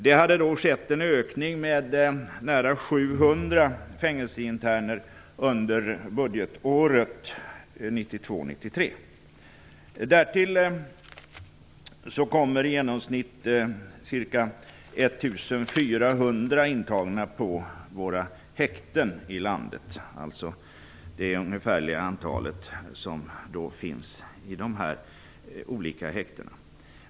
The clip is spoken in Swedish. Det hade då skett en ökning med nära 700 fängelseinterner under budgetåret 1992/93. Därtill kommer i genomsnitt ca 1 400 intagna på landets olika häkten.